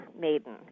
maiden